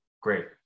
Great